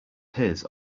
his